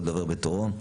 כל דובר בתורו.